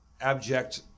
abject